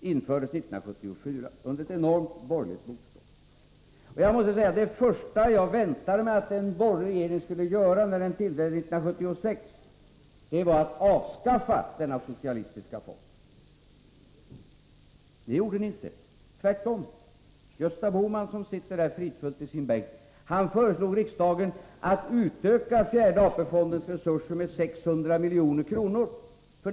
infördes 1974, under ett enormt borgerligt motstånd. Det första jag väntade mig att en borgerlig regering skulle göra när en sådan tillträdde 1976 var att avskaffa denna socialistiska fond. Men det gjorde ni inte! Tvärtom. Gösta Bohman, som sitter här fridfullt i sin bänk, föreslog riksdagen att utöka fjärde AP-fondens resurser med 600 milj.kr.